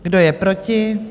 Kdo je proti?